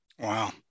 wow